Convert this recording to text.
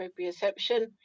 proprioception